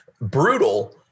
brutal